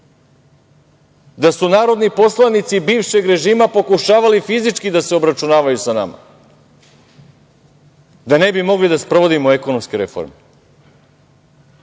da su narodni poslanici bivšeg režima pokušavali fizički da se obračunavaju sa nama da ne bi mogli da sprovodimo ekonomske reforme.